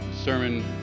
sermon